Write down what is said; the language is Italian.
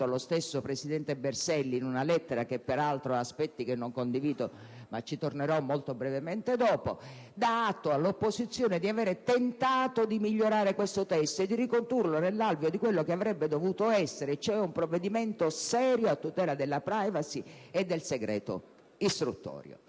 lo stesso presidente Berselli in una lettera che, peraltro, ha aspetti che non condivido, su cui tornerò molto brevemente dopo), danno atto all'opposizione di aver tentato di migliorare questo testo e di ricondurlo nell'alveo di quello che avrebbe dovuto essere, e cioè un provvedimento serio a tutela della *privacy* e del segreto istruttorio.